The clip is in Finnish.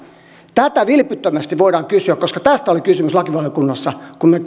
tätä vilpittömästi voidaan kysyä koska tästä oli kysymys lakivaliokunnassa kun me